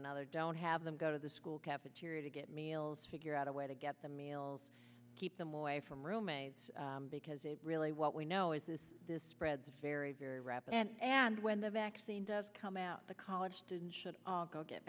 another don't have them go to the school cafeteria to get meals figure out a way to get them meals keep them away from roommates because a really what we know is this this spreads very very rapid and and when the vaccine does come out the college students should go get